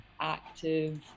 active